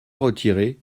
retirés